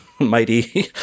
mighty